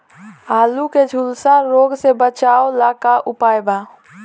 आलू के झुलसा रोग से बचाव ला का उपाय बा?